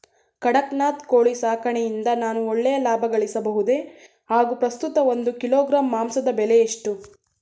ಕಡಕ್ನಾತ್ ಕೋಳಿ ಸಾಕಾಣಿಕೆಯಿಂದ ನಾನು ಒಳ್ಳೆಯ ಲಾಭಗಳಿಸಬಹುದೇ ಹಾಗು ಪ್ರಸ್ತುತ ಒಂದು ಕಿಲೋಗ್ರಾಂ ಮಾಂಸದ ಬೆಲೆ ಎಷ್ಟು?